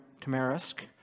Tamarisk